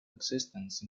existence